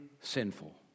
sinful